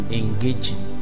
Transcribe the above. engaging